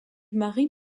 mari